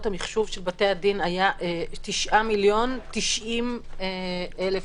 המחשוב של בתי הדין היה 9 מיליון ו-90,000 שקל,